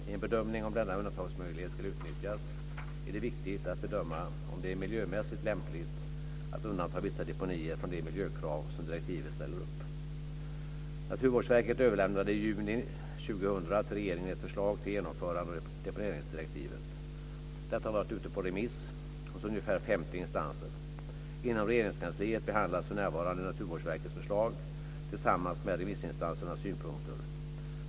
I en bedömning om denna undantagsmöjlighet ska utnyttjas är det viktigt att bedöma om det är miljömässigt lämpligt att undanta vissa deponier från de miljökrav som direktivet ställer upp. Naturvårdsverket överlämnade i juni 2000 till regeringen ett förslag till genomförande av deponeringsdirektivet. Detta har varit ute på remiss hos ungefär 50 instanser. Inom Regeringskansliet behandlas för närvarande Naturvårdsverkets förslag tillsammans med remissinstansernas synpunkter.